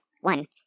one